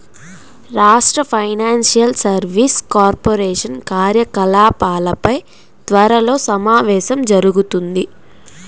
రాష్ట్ర financial services corporation కార్యకలాపాలపై త్వరలో సమావేశం జరుగుతుంది